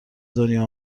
دنیا